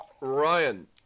Ryan